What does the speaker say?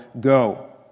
go